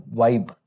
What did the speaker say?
vibe